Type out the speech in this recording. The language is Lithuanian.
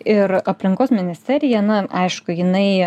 ir aplinkos ministerija na aišku jinai